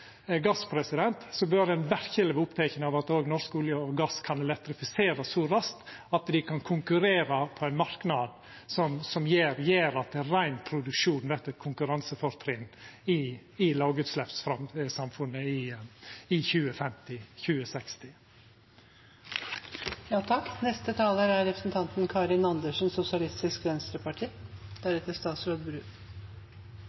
bør ein verkeleg vera oppteken av at norsk olje og gass kan elektrifiserast så raskt at dei kan konkurrera på ein marknad som gjer at rein produksjon vert eit konkurransefortrinn i lågutsleppssamfunnet i 2050–2060. Denne saken handler om debatten om vi egentlig skal kutte klimagassutslipp eller ikke, og der